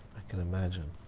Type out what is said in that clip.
can imagine.